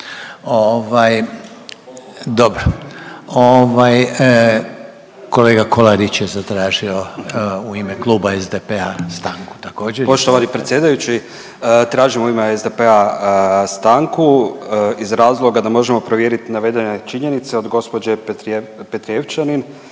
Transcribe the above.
Ovaj kolega Kolarić je zatražio u ime Kluba SDP-a stanku također. **Kolarić, Branko (SDP)** Poštovani predsjedajući, tražimo u ime SDP-a stanku iz razloga da možemo provjerit navedene činjenice od gđe. Petrijevčanin